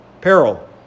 Peril